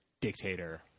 dictator